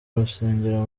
rusengero